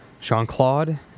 Jean-Claude